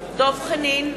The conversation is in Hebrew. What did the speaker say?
דב חנין,